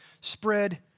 Spread